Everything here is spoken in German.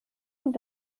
und